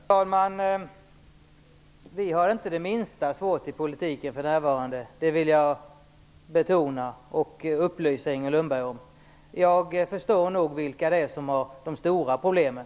Herr talman! Vi har det inte det minsta svårt i politiken för närvarande - det vill jag betona och upplysa Inger Lundberg om. Jag förstår nog vilka det är som har de stora problemen.